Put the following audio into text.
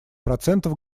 процентов